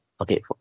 okay